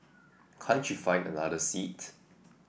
can't you find another seat